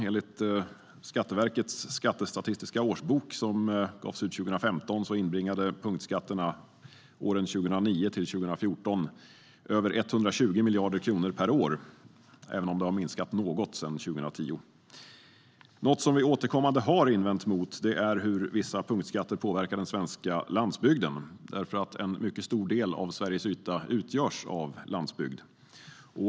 Enligt Skatteverkets statistiska årsbok, som gavs ut 2015, inbringade punktskatterna åren 2009-2014 över 120 miljarder kronor per år, även om det minskat något sedan 2010. Något som vi återkommande har invänt mot är hur vissa punktskatter påverkar den svenska landsbygden. En mycket stor del av Sveriges yta utgörs av landsbygd.